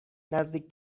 نزدیک